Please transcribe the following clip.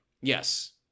Yes